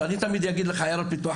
הפיתוח ואני בעד לומר עיירות פיתוח.